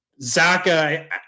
zaka